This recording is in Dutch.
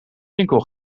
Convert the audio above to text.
winkel